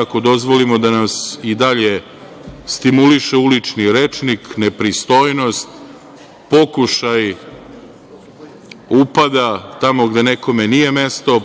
Ako dozvolimo da nas i dalje stimuliše ulični rečnik, nepristojnost, pokušaj upada tamo gde nekome nije mesto,